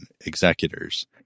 executors